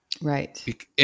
Right